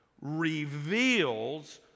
reveals